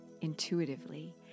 intuitively